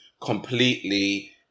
completely